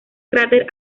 cráter